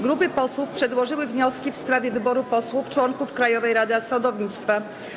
Grupy posłów przedłożyły wnioski w sprawie wyboru posłów członków Krajowej Rady Sądownictwa.